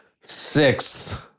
Sixth